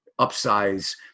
upsize